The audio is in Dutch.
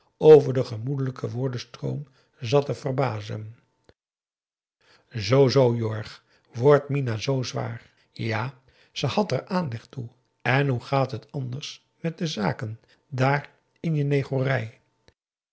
over den gemoedelijken woordenstroom zat te verbazen zoo zoo jorg wordt mina zoo zwaar ja ze had er aanleg toe en hoe gaat het anders met de zaken daar in je negory